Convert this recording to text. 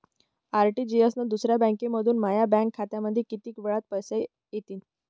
RTGS न दुसऱ्या बँकेमंधून माया बँक खात्यामंधी कितीक वेळातं पैसे येतीनं?